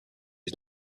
his